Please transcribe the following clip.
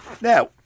Now